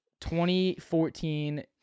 2014